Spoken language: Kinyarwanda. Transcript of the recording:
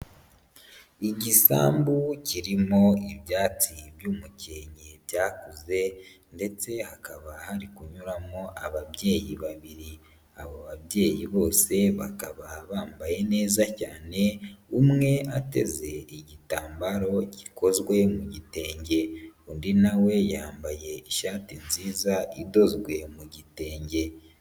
Igisambu kirimo ibyatsi by'umukenke byakuze ndetse hakaba hari kunyuramo ababyeyi babiri, abo babyeyi bose bakaba bambaye neza cyane umwe ateze igitambaro gikozwe mu gitenge, undi na we yambaye ishati nziza idozwe mu gitenge.